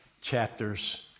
chapters